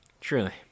Truly